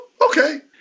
Okay